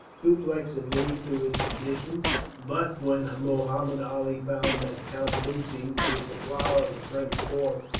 dupleix agreed to his conditions but when muhammud ali found that count bussy, with the flower of the french force,